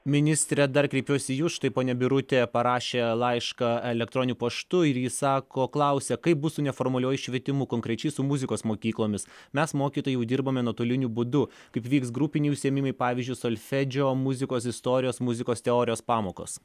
ministre dar kreipiuosi į jus štai ponia birutė parašė laišką elektroniniu paštu ir ji sako klausia kaip bus su neformaliuoju švietimu konkrečiai su muzikos mokyklomis mes mokytojai jau dirbame nuotoliniu būdu kaip vyks grupiniai užsiėmimai pavyzdžiui solfedžio muzikos istorijos muzikos teorijos pamokos